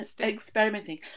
experimenting